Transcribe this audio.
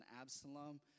Absalom